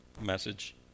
message